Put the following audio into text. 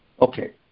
Okay